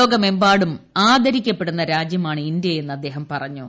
ലോകമെമ്പാടും ആദരിക്കപ്പെടുന്ന രാജ്യമാണ് ഇന്ത്യയെന്ന് അദ്ദേഹം പറഞ്ഞു